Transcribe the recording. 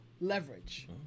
leverage